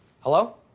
Hello